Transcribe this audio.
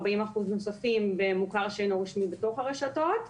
40% נוספים במוכר שאינו רשמי שבתוך הרשתות,